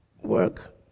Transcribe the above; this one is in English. work